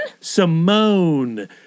Simone